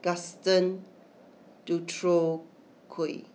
Gaston Dutronquoy